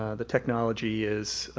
ah the technology is,